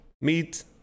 meet